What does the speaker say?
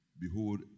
behold